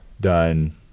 done